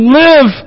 live